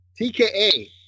TKA